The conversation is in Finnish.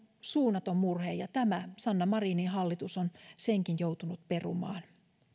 suunnaton murhe ja tämä sanna marinin hallitus on senkin joutunut perumaan